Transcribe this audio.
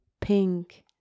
pink